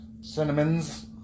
cinnamons